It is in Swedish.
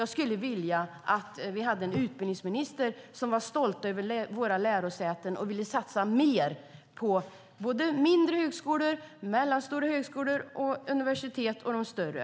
Jag skulle vilja att vi hade en utbildningsminister som var stolt över våra lärosäten och ville satsa mer på såväl mindre och mellanstora högskolor som stora högskolor och universitet.